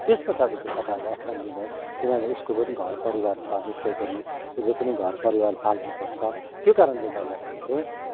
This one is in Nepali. त्यस पछाडि चाहिँ तपाईँहरूले एक्सन लिनुहोस् किनभने उसको पनि घर परिवार छ निश्चय पनि उसले पनि घर परिवार पाल्नुपर्छ त्यो कारणले गर्दाखेरि चाहिँ